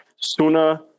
sooner